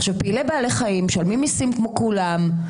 פעילי בעלי חיים משלמים מיסים כמו כולם,